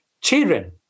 children